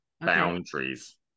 Boundaries